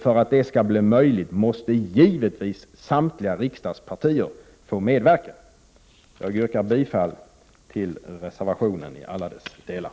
För att det skall bli möjligt måste givetvis samtliga riksdagspartier få medverka. Jag yrkar bifall till reservationen i alla dess delar.